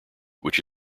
which